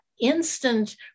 instant